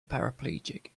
paraplegic